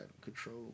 control